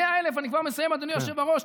100,000, אני כבר מסיים, אדוני היושב-ראש.